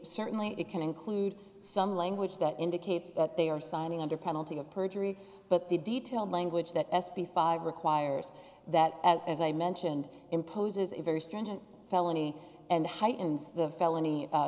certainly it can include some language that indicates that they are signing under penalty of perjury but the detailed language that s b five requires that as i mentioned imposes a very stringent felony and heightens the felony